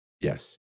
Yes